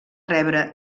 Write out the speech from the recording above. rebre